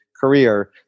career